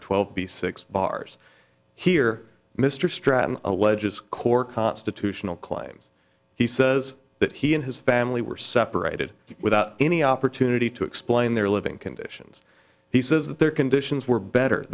or twelve b six bars here mr stratton alleges core constitutional claims he says that he and his family were separated without any opportunity to explain their living conditions he says that their conditions were better